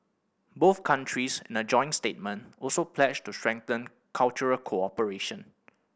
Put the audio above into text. both countries in a joint statement also pledged to strengthen cultural cooperation